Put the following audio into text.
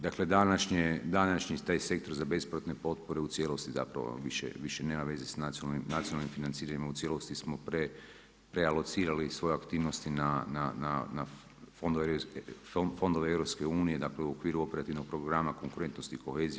Dakle današnji taj sektor za bespovratne potpore u cijelosti više nema veze sa nacionalnim financiranjima, u cijelosti smo prealocirali svoje aktivnosti na fondove EU u okviru Operativnog programa konkurentnost i kohezija.